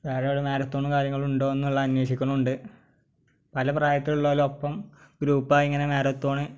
വേറെ എവിടെയേലും മാരത്തോണോ കാര്യങ്ങളോ ഉണ്ടോ എന്ന് ഉള്ളത് അനേഷിക്കുന്നുണ്ട് പല പ്രായത്തിലുള്ളവരുടെ ഒപ്പം ഗ്രൂപ്പായി ഇങ്ങനെ മാരത്തോണ്